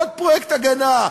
עוד פרויקט הגנה,